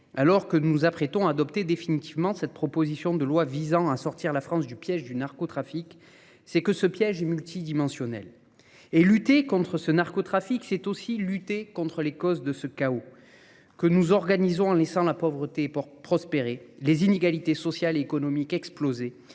Alors que nous apprêtons à adopter définitivement cette proposition de loi visant à sortir la France du piège du narcotrafique, c'est que ce piège est multidimensionnel. Et lutter contre ce narcotrafique, c'est aussi lutter contre les causes de ce chaos que nous organisons en laissant la pauvreté prospérer, les inégalités sociales et économiques exploser